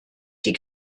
die